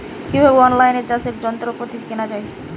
কিভাবে অন লাইনে চাষের যন্ত্রপাতি কেনা য়ায়?